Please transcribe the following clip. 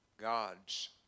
God's